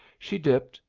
she dipped,